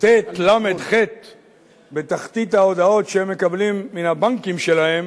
טל"ח בתחתית ההודעות שהם מקבלים מן הבנקים שלהם,